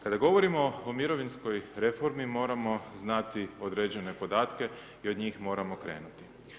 Kada govorimo o mirovinskoj reformi moramo znati određene podatke i od njih moramo krenuti.